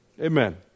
Amen